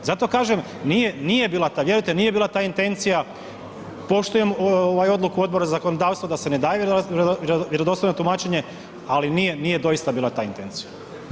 Zato kažem nije bila ta, vjerujte nije bila ta intencija, poštujem odluku Odbora za zakonodavstvo da se ne daju vjerodostojno tumačenje ali nije doista bila ta intencija.